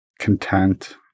content